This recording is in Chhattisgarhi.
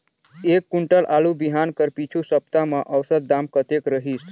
एक कुंटल आलू बिहान कर पिछू सप्ता म औसत दाम कतेक रहिस?